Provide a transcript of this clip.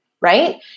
Right